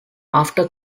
after